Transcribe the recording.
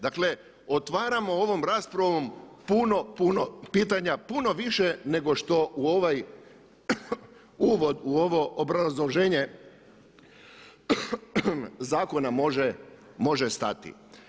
Dakle otvaramo ovom raspravom puno, puno pitanja, puno više nego što u ovaj, u ovo obrazloženje zakona može stati.